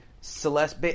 Celeste